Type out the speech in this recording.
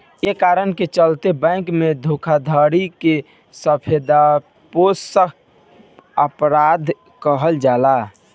कए कारण के चलते बैंक के धोखाधड़ी के सफेदपोश अपराध कहल जाला